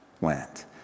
went